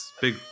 big